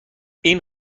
این